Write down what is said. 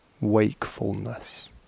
wakefulness